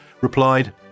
replied